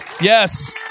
Yes